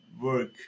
work